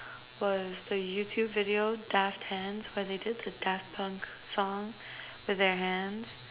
was the YouTube video daft hands where they did the daft punk song with their hands